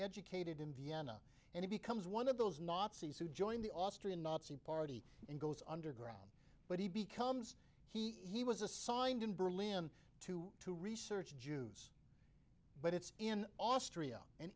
educated in vienna and he becomes one of those nazis who joined the austrian nazi party and goes underground but he becomes he he was assigned in berlin to to research jews but it's in austria and